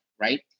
right